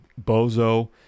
bozo